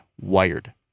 wired